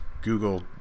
Google